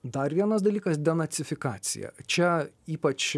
dar vienas dalykas denacifikacija čia ypač